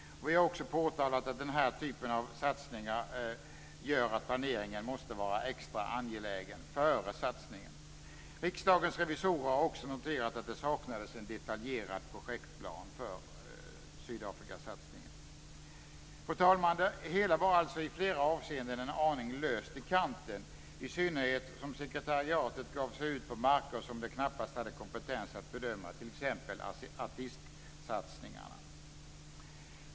Vi har också påpekat att den här typen av satsningar gör att planeringen måste vara extra angelägen före satsningen. Riksdagens revisorer har också noterat att det saknades en detaljerad projektplan för Sydafrikasatsningen. Fru talman! Det hela var alltså i flera avseenden en aning löst i kanten, i synnerhet som sekretariatet gav sig ut på marker som det knappast hade kompetens att bedöma, t.ex. artistsatsningarna.